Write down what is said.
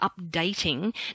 updating